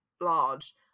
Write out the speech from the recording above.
large